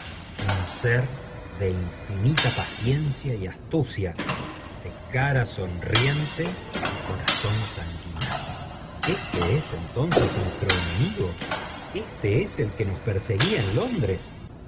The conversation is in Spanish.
un ser de infinita paciencia y astucia de cara sonriente y corazón sanguinario este es entonces nuestro enemigo éste es el que nos perseguía en londres